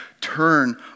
turn